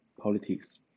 politics